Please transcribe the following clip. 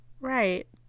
Right